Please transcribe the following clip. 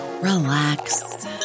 relax